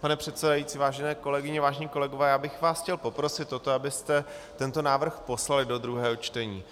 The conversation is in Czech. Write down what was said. Pane předsedající, vážené kolegyně, vážení kolegové, chtěl bych vás poprosit o to, abyste tento návrh poslali do druhého čtení,